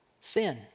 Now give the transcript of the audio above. sin